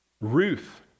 Ruth